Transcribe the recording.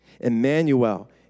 Emmanuel